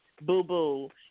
boo-boo